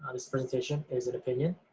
um this presentation is an opinion,